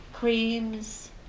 Creams